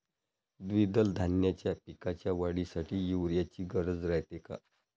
द्विदल धान्याच्या पिकाच्या वाढीसाठी यूरिया ची गरज रायते का?